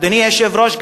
אדוני היושב-ראש,